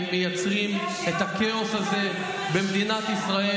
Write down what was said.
אתם מייצרים את הכאוס הזה במדינת ישראל,